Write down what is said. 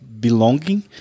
belonging